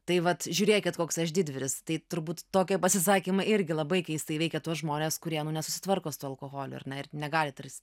tai vat žiūrėkit koks aš didvyris tai turbūt tokie pasisakymai irgi labai keistai veikia tuos žmones kurie nesusitvarko su tuo alkoholiu ar ne ir negali tarsi